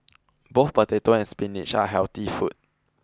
both potato and spinach are healthy food